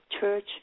church